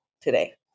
today